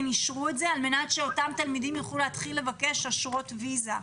על מנת שאותם תלמידים יתחילו לבקש אשרות ויזה.